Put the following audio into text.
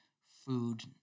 food